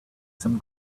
some